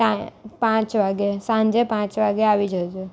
ટા પાંચ વાગ્યે સાંજે પાંચ વાગ્યે આવી જજો